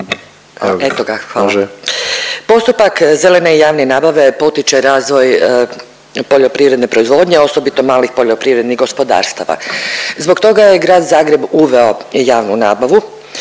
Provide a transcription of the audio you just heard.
Eto ga, hvala. Postupak zelene i javne nabave potiče razvoj poljoprivredne proizvodnje, a osobito malih poljoprivrednih gospodarstava. Zbog toga je Grad Zagreb uveo javnu nabavu